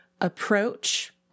approach